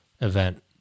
event